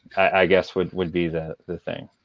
i guess would would be the the thing.